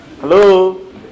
Hello